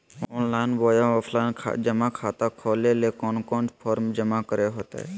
Online बोया offline जमा खाता खोले ले कोन कोन फॉर्म जमा करे होते?